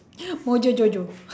mojo jojo